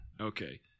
Okay